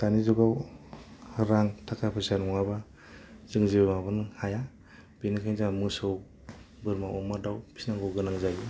दानि जुगाव रां थाखा फैसा नङाबा जों जेबो माबानो हाया बेनिखायनो जोंहा मोसौ बोरमा अमा दाव फिनांगौ गोनां जायो